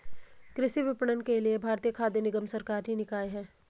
कृषि विपणन के लिए भारतीय खाद्य निगम सरकारी निकाय है